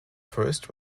first